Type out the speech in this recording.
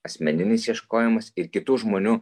asmeninis ieškojimas ir kitų žmonių